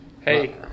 Hey